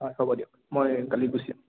হয় হ'ব দিয়ক মই কালি গুছি যাম